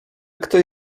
ktoś